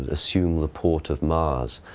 assume the port of mars,